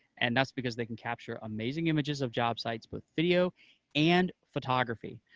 and that's because they can capture amazing images of job sites with video and photography.